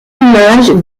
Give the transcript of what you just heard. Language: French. image